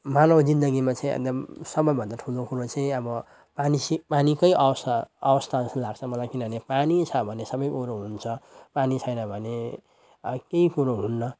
मानव जिन्दगीमा चाहिँ एकदम सबैभन्दा ठुलो कुरो चाहिँ अब पानी सी पानीकै आवश्य आवश्यकता जस्तो लाग्छ मलाई किनभने पानी छ भने सबै अरू हुन्छ पानी छैन भने अब केही कुरो हुन्न